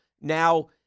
now